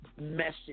message